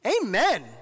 Amen